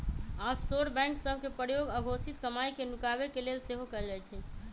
offshore bank सभ के प्रयोग अघोषित कमाई के नुकाबे के लेल सेहो कएल जाइ छइ